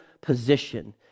position